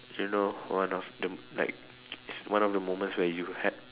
you know one of the like it's one of the moments where you had